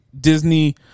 disney